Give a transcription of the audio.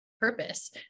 purpose